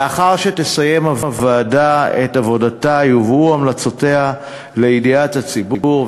לאחר שתסיים הוועדה את עבודתה יועברו המלצותיה לידיעת הציבור,